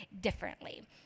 differently